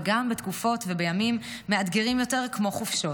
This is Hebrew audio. וגם בתקופות ובימים מאתגרים יותר כמו חופשות.